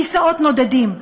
כיסאות נודדים.